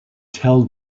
tell